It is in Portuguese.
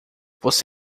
você